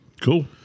Cool